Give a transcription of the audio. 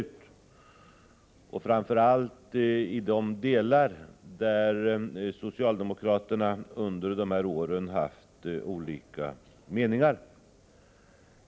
Det gäller framför allt i de delar där socialdemokraterna under de här åren haft olika meningar.